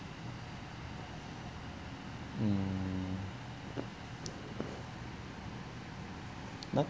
mm no